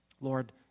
Lord